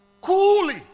Coolly